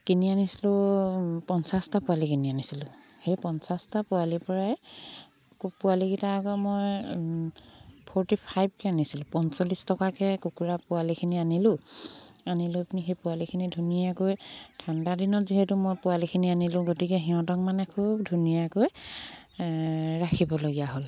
কিনি আনিছিলোঁ পঞ্চাছটা পোৱালি কিনি আনিছিলোঁ সেই পঞ্চাছটা পোৱালিৰ পৰাই পোৱালিকেইটা আকৌ মই ফৰ্টি ফাইভকৈ আনিছিলোঁ পঞ্চল্লিছ টকাকৈ কুকুৰা পোৱালিখিনি আনিলোঁ আনিলৈ পিনি সেই পোৱালিখিনি ধুনীয়াকৈ ঠাণ্ডা দিনত যিহেতু মই পোৱালিখিনি আনিলোঁ গতিকে সিহঁতক মানে খুব ধুনীয়াকৈ ৰাখিবলগীয়া হ'ল